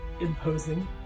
imposing